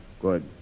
Good